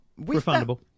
Refundable